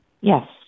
Yes